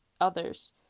others